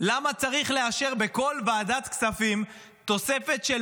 למה צריך לאשר בכל ועדת כספים תוספת של